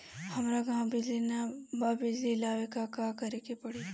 हमरा गॉव बिजली न बा बिजली लाबे ला का करे के पड़ी?